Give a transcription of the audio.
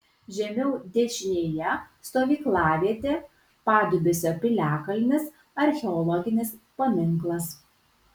žemiau dešinėje stovyklavietė padubysio piliakalnis archeologinis paminklas